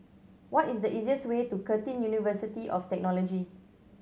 what is the easiest way to Curtin University of Technology